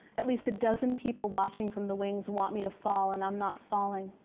at least a dozen people watching from the wings want me to fall, and i'm not falling.